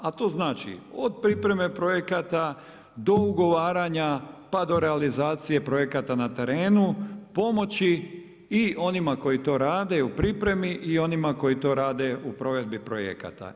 A to znači, od pripremi projekata do ugovaranja, pa do realizacije projekata na terenu, pomoći onima koji to rade u pripremi i onima koji to rade u provedbi projekata.